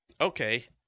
okay